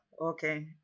Okay